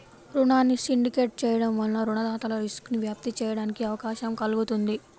రుణాన్ని సిండికేట్ చేయడం వలన రుణదాతలు రిస్క్ను వ్యాప్తి చేయడానికి అవకాశం కల్గుతుంది